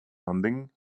funding